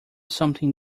something